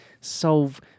solve